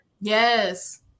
Yes